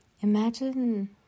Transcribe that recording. Imagine